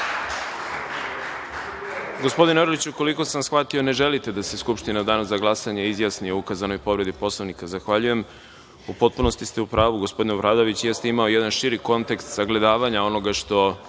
Gospodine Orliću, koliko sam shvatio ne želite da se Skupština u danu za glasanje izjasni o ukazanoj povredi Poslovnika? Zahvaljujem.U potpunosti ste u pravu, gospodin Obradović, jeste imao jedan širi kontekst sagledavanja onoga što